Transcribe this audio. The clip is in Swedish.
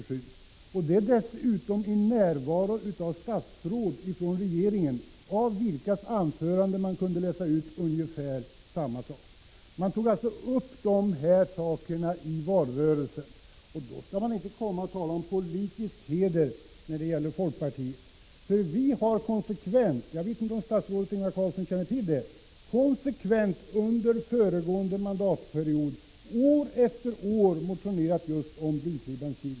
De uttalade detta dessutom i närvaro av statsråd från regeringen av vilkas anföranden man kunde läsa ut ungefär samma sak. Socialdemokraterna tog alltså upp dessa frågor i valrörelsen, och då skall de inte komma och tala om politisk heder när det gäller folkpartiet. Vi har konsekvent — jag vet inte om statsrådet Ingvar Carlsson känner till det — under föregående mandatperiod år efter år motionerat just om blyfri bensin.